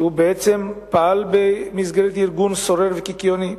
שבעצם פעל במסגרת ארגון סורר וקיקיוני.